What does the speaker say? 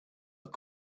are